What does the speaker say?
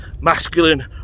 Masculine